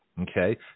okay